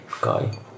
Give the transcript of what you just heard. guy